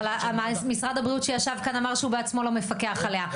אבל משרד הבריאות שישב כאן אמר שהוא בעצמו לא מפקח עליה,